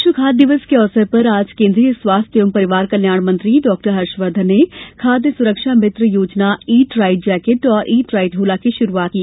विश्व खाद्य दिवस के अवसर पर आज केंद्रीय स्वास्थ्य एवं परिवार कल्याण मंत्री डॉ हर्षवर्धन ने खाद्य सुरक्षा मित्र योजना ईट राइट जैकेट और ईट राइट झोला की शुरुआत की